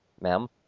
ma'am